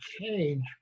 change